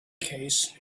case